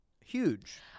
huge